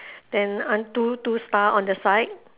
then two two star on the side